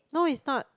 no it's not